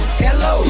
hello